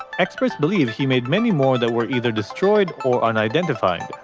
experts believe he made many more that were either destroyed or unidentified.